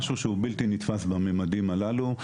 זה משהו שהוא בלתי נתפס בממדים הללו.